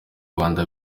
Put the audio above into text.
rwanda